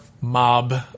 mob